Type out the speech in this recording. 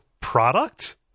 product